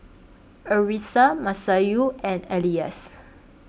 Arissa Masayu and Elyas